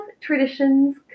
traditions